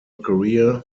career